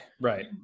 right